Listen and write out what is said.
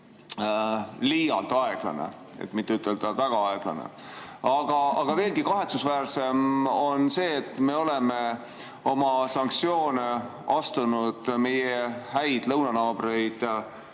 liialt aeglane, et mitte ütelda väga aeglane. Aga veelgi kahetsusväärsem on see, et me oleme oma sanktsioone kehtestanud meie häid lõunanaabreid